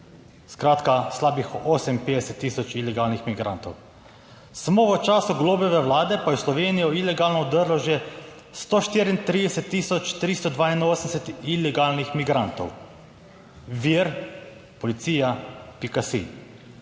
skratka slabih 58 tisoč ilegalnih migrantov. Samo v času Golobove vlade pa je v Slovenijo ilegalno vdrlo že 134 tisoč 382 ilegalnih migrantov, vir: policija.pika.si.